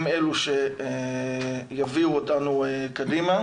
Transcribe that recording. הן אלה שיביאו אותנו קדימה.